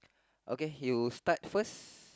okay you start first